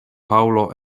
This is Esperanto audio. paŭlo